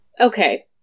okay